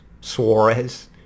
Suarez